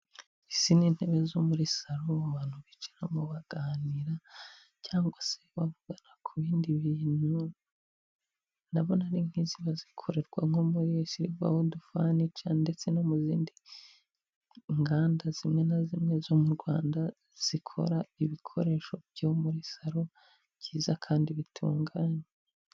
Izi ni intebe zo muri salo abantu bicaramo baganira, cyangwa se bavugana ku bindi bintu, ndabona ari nk'iziba zikorerwa nko muri Siliva Wudu Fanica ndetse no mu zindi nganda zimwe na zimwe zo mu Rwanda, zikora ibikoresho byo muri salo byiza kandi bitunganye.